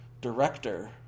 Director